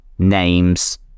names